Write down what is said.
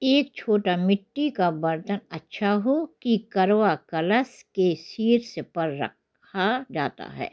एक छोटा मिट्टी का बर्तन अच्छा हो कि करवा कलश के शीर्ष पर रखा जाता है